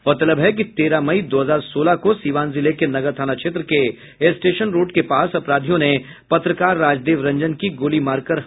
गौरतलब है कि तेरह मई दो हजार सोलह को सीवान जिले के नगर थाना क्षेत्र के स्टेशन रोड के पास अपराधियों ने पत्रकार राजदेव रंजन की गोली मारकर हत्या कर दी थी